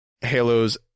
Halo's